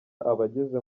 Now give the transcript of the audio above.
abageze